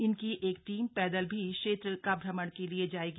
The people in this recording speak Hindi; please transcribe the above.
इनकी एक टीम पैदल भी क्षेत्र को भ्रमण के लिए जायेगी